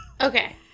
okay